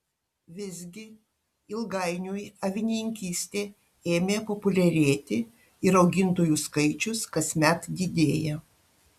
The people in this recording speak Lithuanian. visgi ilgainiui avininkystė ėmė populiarėti ir augintojų skaičius kasmet didėja